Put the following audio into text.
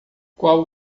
qual